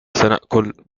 سنأكل